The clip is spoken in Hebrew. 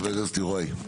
חבר הכנסת יוראי.